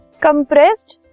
compressed